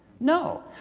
no.